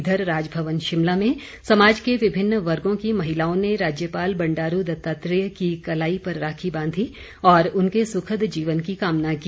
इधर राजभवन शिमला में समाज के विभिन्न वर्गों की महिलाओं ने राज्यपाल बंडारू दत्तात्रेय की कलाई पर राखी बांधी और उनके सुखद जीवन की कामना की